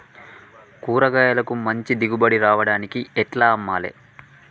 కూరగాయలకు మంచి దిగుబడి రావడానికి ఎట్ల అమ్మాలే?